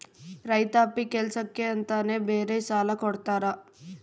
ರೈತಾಪಿ ಕೆಲ್ಸಕ್ಕೆ ಅಂತಾನೆ ಬೇರೆ ಸಾಲ ಕೊಡ್ತಾರ